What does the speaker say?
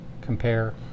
Compare